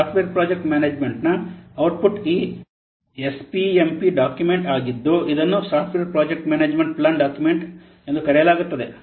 software project ಮ್ಯಾನೇಜ್ಮೆಂಟ್ನ output ಟ್ಪುಟ್ ಈ ಎಸ್ಪಿಎಂಪಿ ಡಾಕ್ಯುಮೆಂಟ್ ಆಗಿದ್ದು ಇದನ್ನು software project management plan document ಎಂದು ಕರೆಯಲಾಗುತ್ತದೆ